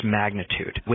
magnitude